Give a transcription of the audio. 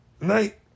night